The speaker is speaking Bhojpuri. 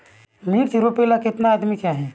मिर्च रोपेला केतना आदमी चाही?